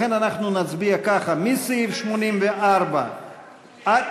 לכן אנחנו נצביע, גם 92 להוריד.